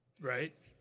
Right